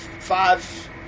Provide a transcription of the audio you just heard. Five